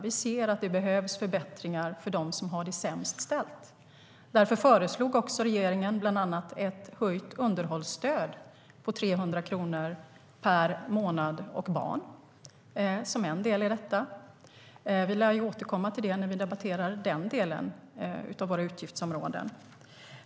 Vi ser att det behövs förbättringar för dem som har det sämst ställt. Därför föreslog regeringen bland annat ett höjt underhållsstöd på 300 kronor per månad och barn som en del i detta. Vi lär återkomma till det när vi debatterar den delen av våra utgiftsområden.